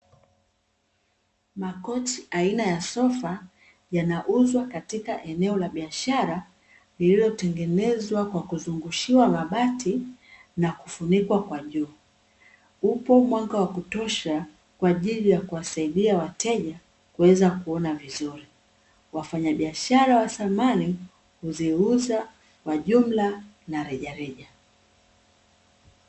Makochi aina ya sofa yanauzwa katika eneo la biashara lililotengenezwa kwa kuzungshiwa mabati na kufunikwa kwa juu, huku mwanga wa kutosha kwa ajili ya kuwasaidia wateja kuweza kuona vizuri. Wafanyabiashara wa samani huziuza kwa jumla na rejareja.